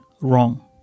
wrong